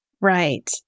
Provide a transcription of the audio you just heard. Right